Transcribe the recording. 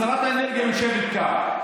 שרת האנרגיה יושבת כאן.